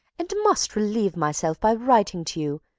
and must relieve myself by writing to you,